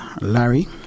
Larry